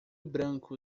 branco